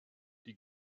die